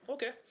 Okay